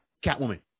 catwoman